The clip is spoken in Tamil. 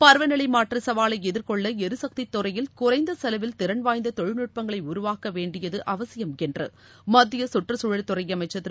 பருவநிலை மாற்ற சவாலை எதிர்கொள்ள எரிகக்தித் துறையில் குறைந்த செலவில் திறன் வாய்ந்த தொழில் நட்பங்களை உருவாக்க வேண்டியது அவசியம் என்று மத்திய சுற்றுச் தூழல் துறை அமைச்சர் திரு